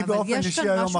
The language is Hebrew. אבל יש כאן משהו רחב.